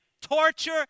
Torture